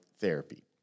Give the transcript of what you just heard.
therapy